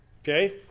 Okay